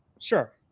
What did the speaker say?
Sure